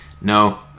no